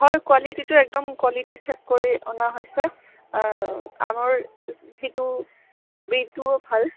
হয় কোৱালিটীটো একদম কোৱালিটী চেক কৰি অনা হৈছে আমৰ সেইটো ব্ৰীডটোও ভাল